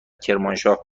کرمانشاه